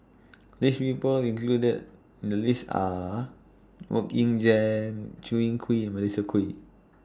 The People included The list Are Mok Ying Jang Chew Yee Kee and Melissa Kwee